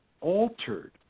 altered